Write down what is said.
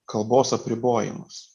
kalbos apribojimas